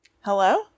Hello